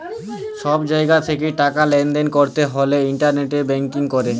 ছব জায়গা থ্যাকে টাকা লেলদেল ক্যরতে হ্যলে ইলটারলেট ব্যাংকিং ক্যরে